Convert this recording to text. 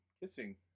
kissing